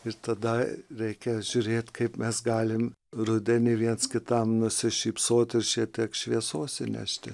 visada reikia žiūrėti kaip mes galime rudenį viens kitam nusišypsoti šitiek šviesos įmesti